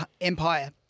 empire